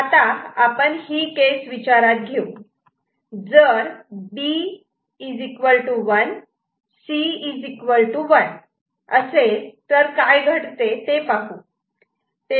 आता आपण ही केस विचारात घेऊ जर B 1 C 1 तर काय घडते ते पाहू